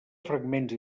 fragments